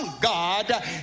God